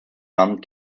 wand